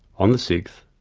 on the sixth,